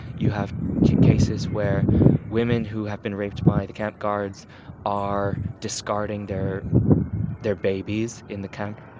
you have cases where women who have been raped by the camp guards are discarding their their babies in the camp,